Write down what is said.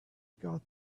got